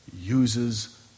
uses